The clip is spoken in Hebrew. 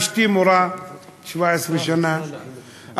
אשתי מורה 17 שנה,